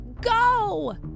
go